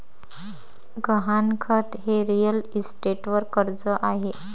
गहाणखत हे रिअल इस्टेटवर कर्ज आहे